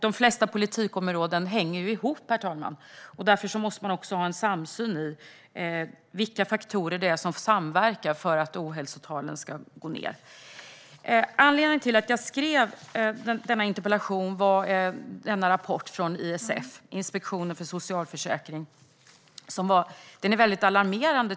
De flesta politikområden hänger ihop, herr talman, och därför måste man också ha en samsyn när det gäller vilka faktorer det är som samverkar för ohälsotalen ska gå ned. Anledningen till att jag skrev denna interpellation var en rapport från ISF, Inspektionen för socialförsäkringen, som jag tycker är väldigt alarmerande.